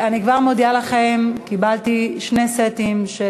אני כבר מודיעה לכם: קיבלתי שני סטים של